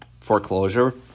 foreclosure